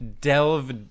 delve